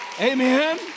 Amen